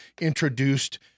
introduced